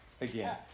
again